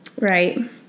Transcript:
right